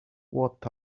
what